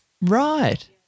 Right